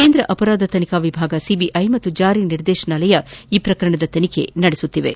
ಕೇಂದ್ರ ಅಪರಾಧ ತನಿಖಾ ವಿಭಾಗ ಸಿಬಿಐ ಹಾಗೂ ಜಾರಿ ನಿರ್ದೇಶನಾಲಯ ಈ ಪ್ರಕರಣದ ತನಿಖೆ ನಡೆಸುತ್ತಿವೆ